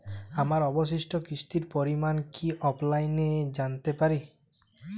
আমার অবশিষ্ট কিস্তির পরিমাণ কি অফলাইনে জানতে পারি?